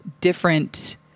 different